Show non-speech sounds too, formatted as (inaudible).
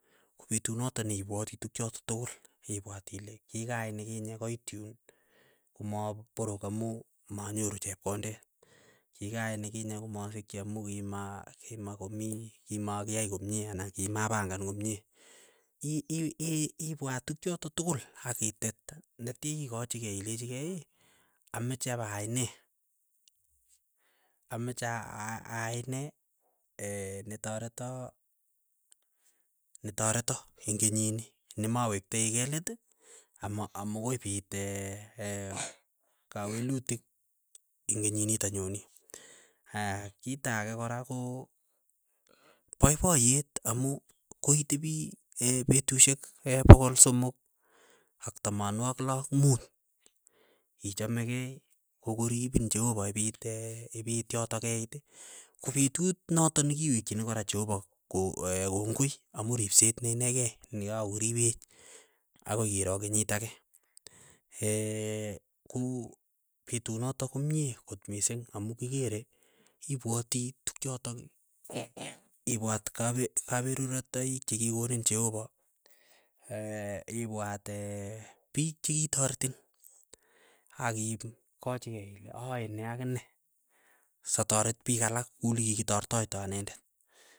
Petut notok ne ipwoti tukchotok tukul. ipwat ile kikaya nikinye koit yuun, komaporok amu manyoru chepkondet, kikayai nikinye komasikchi amu kima kimakomii kimakiyai komie anan kimapangan komie, ii- ii- iipwat tukchotok tukul akitet netya ikochikei ilichikei, amache payai nee, amache aaaai nee (hesitation) netoreta netoreta eng' kenyini nimawektai kee leet, ama amokoipiit (hesitation) ee kawelutik ing' kenyinitok nyoni, (hesitation) kito ake ko paipayet amu koitepi (hesitation) petushek pokol somok ak tamanwogik lo ak muut, ichamekei, kokoripin cheopa ipiit (hesitation) ipiit yotok keit, ko petut notok nikiwekchini kora cheopa ko (hesitation) kongoi amu ripset ne inekei nikakoripech akoi kiro kenyit ake, (hesitation) ku petunotk komie akot mising amu kikere ipwoti tukchotok ipwat kape kaperuratoik chikikonin cheopa (hesitation) ipwat (hesitation) piik chikitoretin aki kochikei ile aaene akine, satoret piik alak kulikikitortoito anendet.